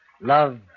love